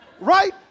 right